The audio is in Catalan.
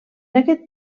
aquest